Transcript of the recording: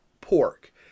pork